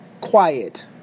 quiet